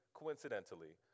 coincidentally